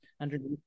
underneath